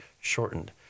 shortened